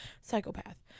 psychopath